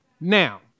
now